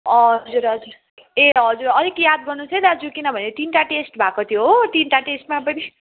हजुर हजुर ए हजुर अलिक याद गर्नुहोस् है दाजु किनभने तिनवटा टेस्ट भएको थियो हो तिनवटा टेस्टमा पनि